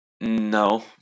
No